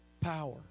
power